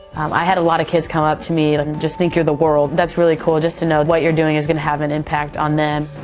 i had a lot of kids come up to me and um just think you're the world. that's really cool, just to know what you're doing is going to have an impact on them.